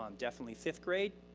um definitely fifth grade,